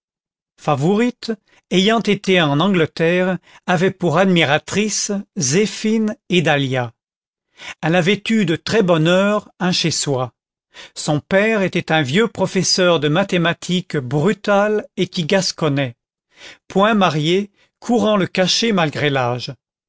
favourite ayant été en angleterre avait pour admiratrices zéphine et dahlia elle avait eu de très bonne heure un chez-soi son père était un vieux professeur de mathématiques brutal et qui gasconnait point marié courant le cachet malgré l'âge